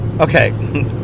Okay